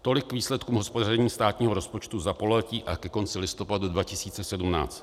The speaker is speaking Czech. Tolik k výsledkům hospodaření státního rozpočtu za pololetí a ke konci listopadu 2017.